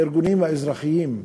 הארגונים האזרחיים,